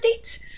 updates